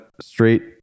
straight